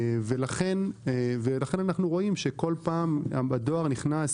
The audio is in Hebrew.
אנחנו רואים שכל פעם הדואר נכנס,